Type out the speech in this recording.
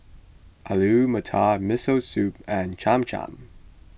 Alu Matar Miso Soup and Cham Cham